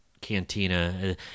Cantina